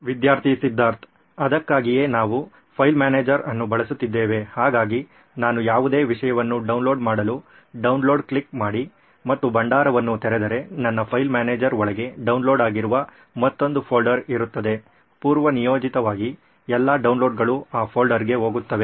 ವಿದ್ಯಾರ್ಥಿ ಸಿದ್ಧಾರ್ಥ್ ಅದಕ್ಕಾಗಿಯೇ ನಾವು ಫೈಲ್ ಮ್ಯಾನೇಜರ್ ಅನ್ನು ಬಳಸುತ್ತಿದ್ದೇವೆ ಹಾಗಾಗಿ ನಾನು ಯಾವುದೇ ವಿಷಯವನ್ನು ಡೌನ್ಲೋಡ್ ಮಾಡಲು ಡೌನ್ಲೋಡ್ ಕ್ಲಿಕ್ ಮಾಡಿ ಮತ್ತು ಭಂಡಾರವನ್ನು ತೆರೆದರೆ ನನ್ನ ಫೈಲ್ ಮ್ಯಾನೇಜರ್ ಒಳಗೆ ಡೌನ್ಲೋಡ್ ಆಗಿರುವ ಮತ್ತೊಂದು ಫೋಲ್ಡರ್ ಇರುತ್ತದೆ ಪೂರ್ವನಿಯೋಜಿತವಾಗಿ ಎಲ್ಲಾ ಡೌನ್ಲೋಡ್ಗಳು ಆ ಫೋಲ್ಡರ್ಗೆ ಹೋಗುತ್ತವೆ